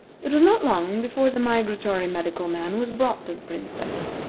it was not long before the migratory medical man was brought to the princess.